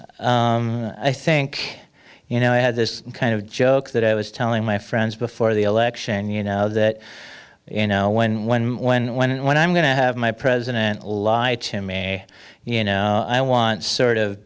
picture i think you know i had this kind of joke that i was telling my friends before the election you know that you know when when when when and when i'm going to have my president lie to me you know i want sort of